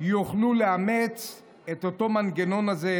יוכלו לאמץ את אותו המנגנון הזה,